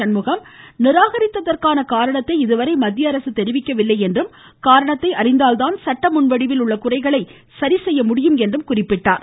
சண்முகம் நிராகரித்ததற்கான காரணத்தை இதுவரை மத்திய அரசு தெரிவிக்கவில்லை என்றும் காரணத்தை அறிந்தால்தான் சட்டமுன்வடிவில் உள்ள குறைகளை சரிசெய்ய முடியும் என்றும் குறிப்பிட்டார்